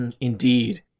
Indeed